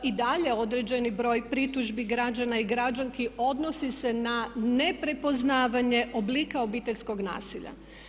I dalje određeni broj pritužbi građana i građanki odnosi se na ne prepoznavanje oblika obiteljskog nasilja.